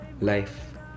life